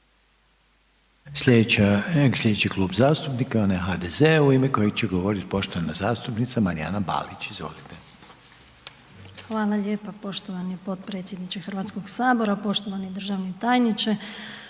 Sljedeći klub zastupnika je onaj HDZ-a u ime kojeg će govoriti poštovana zastupnica Marijana Balić. **Balić, Marijana (HDZ)** Hvala lijepo poštovani potpredsjedniče HS-a, poštovana državna tajnice,